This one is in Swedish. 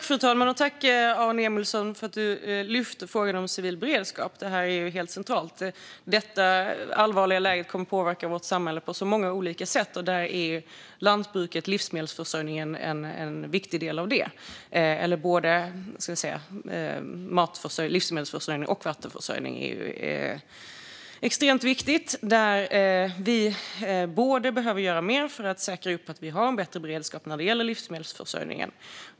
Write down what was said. Fru talman! Tack, Aron Emilsson, för att du tar upp frågan om civil beredskap! Detta är ju helt centralt. Det allvarliga läget kommer att påverka vårt samhälle på så många olika sätt. Där är lantbruket och livsmedelsförsörjningen en viktig del. Både livsmedelsförsörjning och vattenförsörjning är extremt viktigt. Vi behöver göra mer för att säkerställa att vi har en bättre beredskap när det gäller livsmedelsförsörjningen.